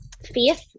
faith